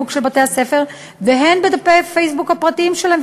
של בתי-הספר והן בדפי הפייסבוק הפרטיים שלהם,